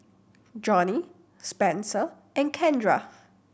Johny Spenser and Kendra